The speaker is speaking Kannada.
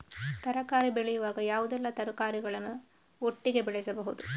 ತರಕಾರಿ ಬೆಳೆಯುವಾಗ ಯಾವುದೆಲ್ಲ ತರಕಾರಿಗಳನ್ನು ಒಟ್ಟಿಗೆ ಬೆಳೆಸಬಹುದು?